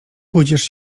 pójdziesz